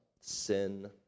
sin